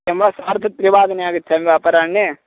किं वा सार्धत्रिवादने आगच्छामि वा अपराह्ने